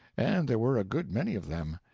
and there were a good many of them.